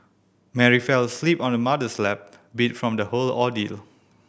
Mary fell asleep on her mother's lap beat from the whole ordeal